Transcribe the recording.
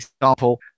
example